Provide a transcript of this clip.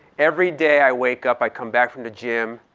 every day i wake up, i come back from the gym,